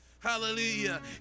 Hallelujah